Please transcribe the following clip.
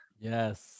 Yes